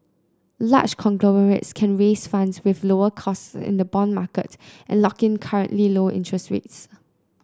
large conglomerates can raise funds with lower costs in the bond market and lock in currently low interest rates